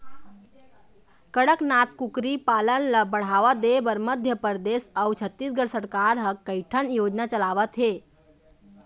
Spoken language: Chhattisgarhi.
कड़कनाथ कुकरी पालन ल बढ़ावा देबर मध्य परदेस अउ छत्तीसगढ़ सरकार ह कइठन योजना चलावत हे